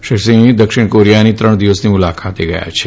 શ્રી સિંહ દક્ષિણ કોરિયાની ત્રણ દિવસની મુલાકાતે ગથા છે